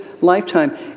lifetime